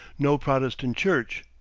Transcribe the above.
no protestant church,